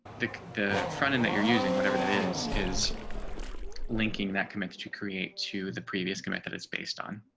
the, the front end that you're using whatever that is, is linking that connects to create to the previous comment that it's based on